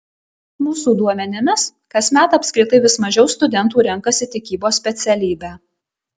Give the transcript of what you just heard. mūsų duomenimis kasmet apskritai vis mažiau studentų renkasi tikybos specialybę